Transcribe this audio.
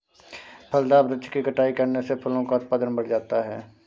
फलदार वृक्ष की छटाई करने से फलों का उत्पादन बढ़ जाता है